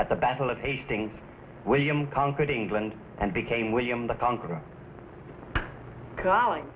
at the battle of hastings william conquered england and became william the conquer